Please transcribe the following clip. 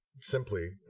simply